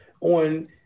on